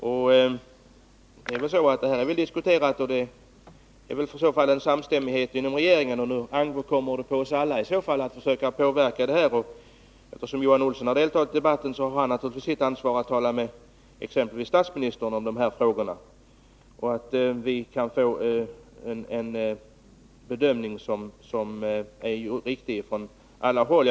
I det här fallet råder det väl samstämmighet inom regeringen, och det ankommer på oss alla att försöka påverka utvecklingen i den här riktningen. Eftersom Johan Olsson deltagit i debatten har han naturligtvis sitt ansvar och får väl tala med exempelvis statsministern om de här frågorna, så att vi kan få en riktig bedömning från alla håll.